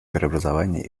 преобразования